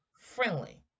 friendly